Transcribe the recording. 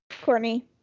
Courtney